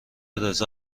رضا